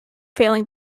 failing